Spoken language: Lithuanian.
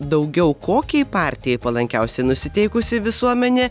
daugiau kokiai partijai palankiausiai nusiteikusi visuomenė